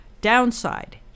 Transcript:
Downside